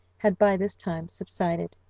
had by this time subsided.